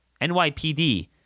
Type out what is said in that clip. NYPD